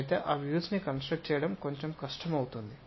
అయితే ఆ వ్యూస్ ను కన్స్ట్రక్ట్ చేయడం కొంచెం కష్టం అవుతుంది